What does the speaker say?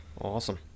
Awesome